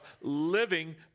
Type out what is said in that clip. living